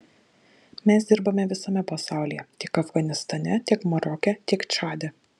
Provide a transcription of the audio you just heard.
mes dirbame visame pasaulyje tiek afganistane tiek maroke tiek čade